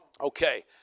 Okay